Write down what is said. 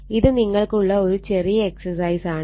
ഇത് നിങ്ങൾക്ക് ഉള്ള ഒരു ചെറിയ എക്സസൈസ് ആണ്